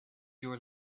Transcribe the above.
your